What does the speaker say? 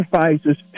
sacrifices